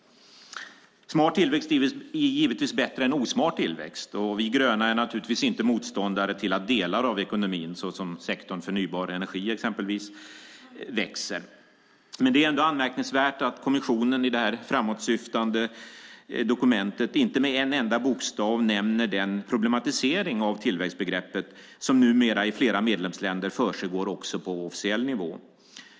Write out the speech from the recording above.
Smart tillväxt är givetvis bättre än osmart tillväxt och vi gröna är naturligtvis inte motståndare till att delar av ekonomin - såsom sektorn förnybar energi - växer. Men det är ändå anmärkningsvärt att kommissionen i det här framåtsyftande dokumentet inte med en enda bokstav nämner den problematisering av tillväxtbegreppet som numera i flera medlemsländer försiggår också på officiell nivå.